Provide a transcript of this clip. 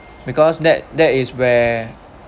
because that that is where